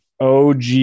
OG